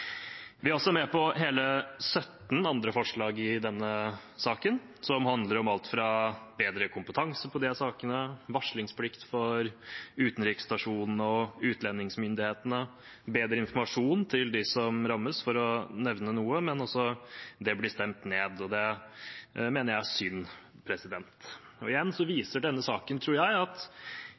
Vi er også med på hele 17 andre forslag i denne saken, som handler om alt fra bedre kompetanse på disse sakene, varslingsplikt for utenriksstasjonene og utlendingsmyndighetene og bedre informasjon til dem som rammes, for å nevne noe. Men det blir stemt ned, og det mener jeg er synd. Denne saken viser igjen, tror jeg, at